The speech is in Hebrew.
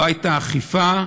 לא הייתה אכיפה,